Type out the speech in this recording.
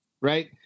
Right